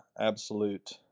absolute